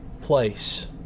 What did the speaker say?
place